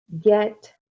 get